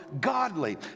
godly